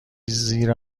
زیر